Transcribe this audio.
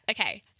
Okay